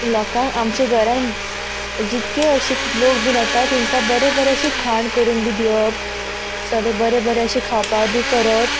लोकांक आमच्या घरान जितके अशें लोक बीन येतात तेंकां बरें बरें अशें खाण करून बी दिवप सोगलें बोरें बोरें अशें खावपा बी करप